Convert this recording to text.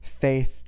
Faith